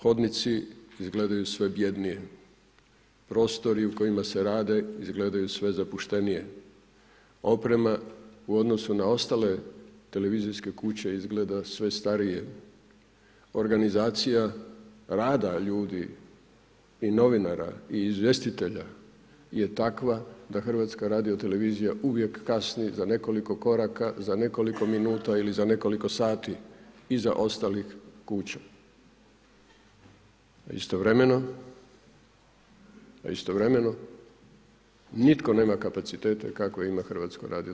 Hodnici izgledaju sve bjednije, prostori u kojima se radi izgledaju sve zapuštenije, oprema u odnosu na ostale televizijske kuće izgleda sve starije, organizacija rada ljudi i novinara i izvjestitelja je takva da HRT uvijek kasni za nekoliko koraka, za nekoliko minuta ili za nekoliko sati iza ostalih kuća, a istovremeno nitko nema kapacitete kakve ima HRT.